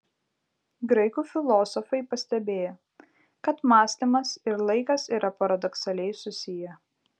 graikų filosofai pastebėjo kad mąstymas ir laikas yra paradoksaliai susiję